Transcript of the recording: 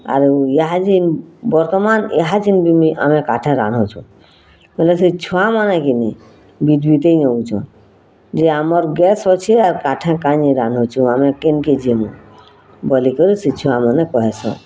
ଆରୁ ଇହାଛିନ୍ ଯେନ୍ ବର୍ତ୍ତମାନ୍ ଇହାଛିନ୍ ବି ମୁଇଁ ଆମେ କାଠେ ରାନ୍ଧୁଚୁଁ ବଲେ ସେ ଛୁଆମାନେ କିନି ବିତ୍ବିତେଇ ଯଉଛନ୍ ଯେ ଆମର୍ ଗ୍ୟାସ୍ ଅଛେ ଆର୍ କାଠେ କାଁ ଯେ ରାନ୍ଧୁଚୁଁ ଆମେ କେନ୍କେ ଯିମୁ ବଲିକରି ସେ ଛୁଆମାନେ କହେସନ୍